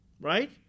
right